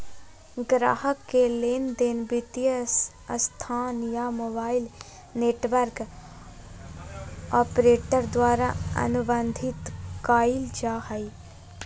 ग्राहक के लेनदेन वित्तीय संस्थान या मोबाइल नेटवर्क ऑपरेटर द्वारा अनुबंधित कइल जा हइ